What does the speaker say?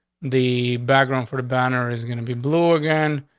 the background for the banner is gonna be blue again.